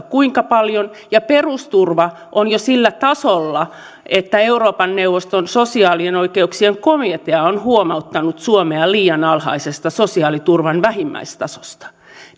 kuinka paljon ja perusturva on jo sillä tasolla että euroopan neuvoston sosiaalisten oikeuksien komitea on huomauttanut suomea liian alhaisesta sosiaaliturvan vähimmäistasosta